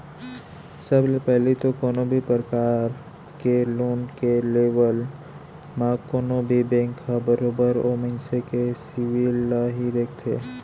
सब ले पहिली तो कोनो भी परकार के लोन के लेबव म कोनो भी बेंक ह बरोबर ओ मनसे के सिविल ल ही देखथे